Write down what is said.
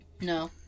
no